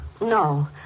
No